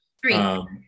three